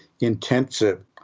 intensive